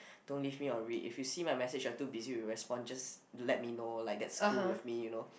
don't leave me on read if you see my message which are too busy to respond just let me know like that's cool with me you know